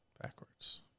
Backwards